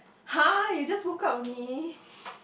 [huh] you just woke up only